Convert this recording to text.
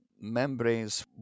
membranes